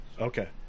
Okay